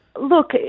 Look